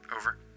Over